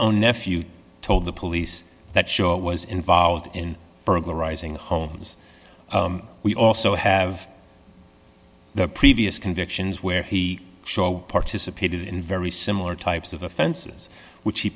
own nephew told the police that show was involved in burglarizing homes we also have the previous convictions where he showed participated in very similar types of offenses which he